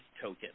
token